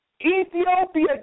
Ethiopia